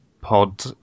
pod